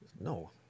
No